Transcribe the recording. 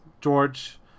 George